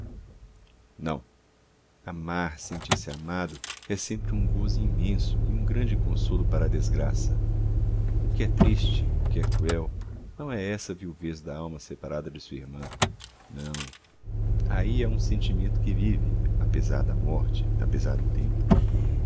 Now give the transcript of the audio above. não amar sentir-se amado é sempre um gozo imenso e um grande consolo para a desgraça o que é triste o que é cruel não é essa viuvez da alma separada de sua irmã não aí há um sentimento que vive apesar da morte apesar do tempo